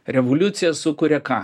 revoliucija sukuria ką